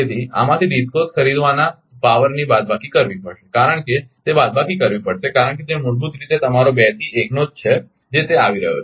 તેથી આમાંથી DISCOs ખરીદવાના પાવરની બાદબાકી કરવી પડશે કારણ કે તે બાદબાકી કરવી પડશે કારણ કે તે મૂળભૂત રીતે તમારો 2 થી 1 નો છે જે તે આવી રહ્યો છે